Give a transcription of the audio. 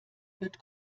wird